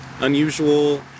Unusual